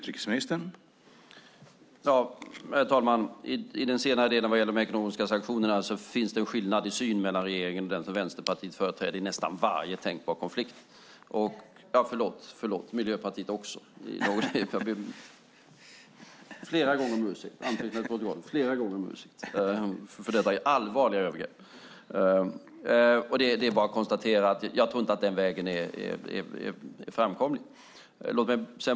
Herr talman! Vad gäller de ekonomiska sanktionerna finns det en skillnad i syn mellan den regeringen företräder och den som Vänsterpartiet företräder i nästan varje tänkbar konflikt. : Miljöpartiet!) Förlåt! Miljöpartiet också. Jag ber flera gånger om ursäkt. Få det fört till protokollet att jag ber flera gånger om ursäkt för detta allvarliga övergrepp! Det är bara att konstatera att jag inte tror att den vägen är framkomlig.